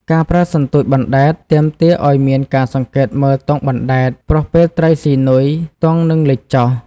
ការប្រើសន្ទូចបណ្ដែតទាមទារឲ្យមានការសង្កេតមើលទង់បណ្ដែត ព្រោះពេលត្រីស៊ីនុយ ទង់នឹងលិចចុះ។